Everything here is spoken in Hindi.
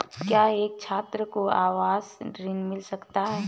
क्या एक छात्र को आवास ऋण मिल सकता है?